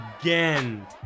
again